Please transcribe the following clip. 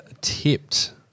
tipped